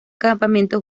campamento